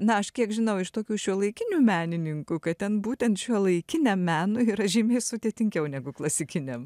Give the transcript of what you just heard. na aš kiek žinau iš tokių šiuolaikinių menininkų kad ten būtent šiuolaikiniam menui yra žymiai sudėtingiau negu klasikiniam